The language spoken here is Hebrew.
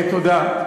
תודה.